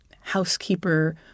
housekeeper